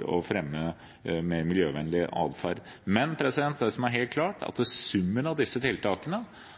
å fremme miljøvennlig atferd. Det som er helt klart, er at summen av